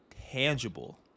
tangible